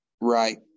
Right